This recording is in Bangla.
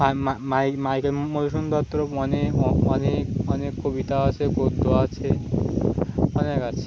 মাইকেল মধুসুদন দত্তর মনে অনেক অনেক কবিতা আছে গদ্য আছে অনেক আছে